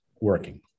working